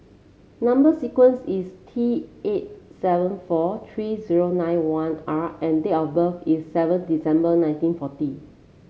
number sequence is T eight seven four three nine one R and date of birth is seven December nineteen forty